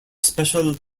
special